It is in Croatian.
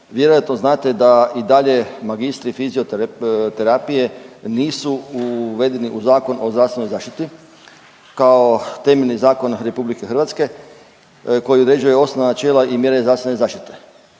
vjerojatno znata da i dalje magistri fizioterapije nisu uvedeni u Zakon o zdravstvenoj zaštiti kao temeljni zakon RH koji uređuje osnovna načela i mjere zdravstvene zaštite